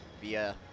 via